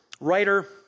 Writer